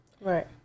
Right